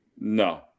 No